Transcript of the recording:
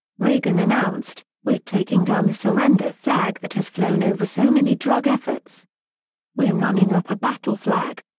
reagan announced, we're taking down the surrender flag that has flown over so many drug efforts we're running up a battle flag.